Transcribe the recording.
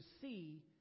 see